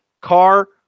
Car